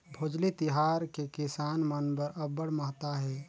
भोजली तिहार के किसान मन बर अब्बड़ महत्ता हे